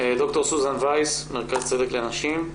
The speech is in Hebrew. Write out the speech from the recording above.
ד"ר סוזן וייס, מרכז צדק לנשים.